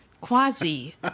Quasi